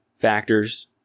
factors